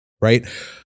right